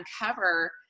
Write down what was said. uncover